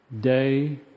day